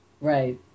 Right